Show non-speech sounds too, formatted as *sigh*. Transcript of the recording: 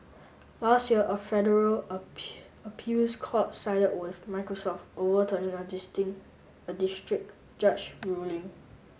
last year a federal *unintelligible* appeals court sided with Microsoft overturning a *unintelligible* a district judge ruling